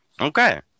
okay